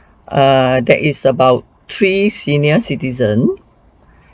err that is about three senior citizen